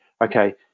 okay